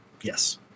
Yes